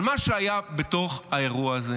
אבל מה שהיה בתוך האירוע הזה,